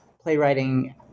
playwriting